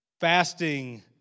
Fasting